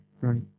right